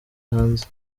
hanze